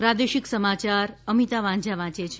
પ્રાદેશિક સમાચાર અમિતા વાંઝા વાંચે છે